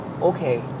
okay